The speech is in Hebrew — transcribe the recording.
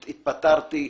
התפטרתי.